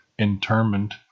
Interment